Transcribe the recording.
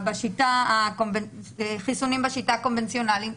חיסונים בשיטה הקונבנציונלית,